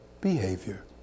behavior